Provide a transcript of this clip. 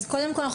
אז קודם כל,